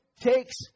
takes